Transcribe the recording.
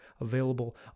available